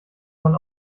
man